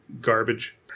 garbage